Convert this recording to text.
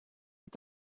est